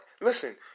listen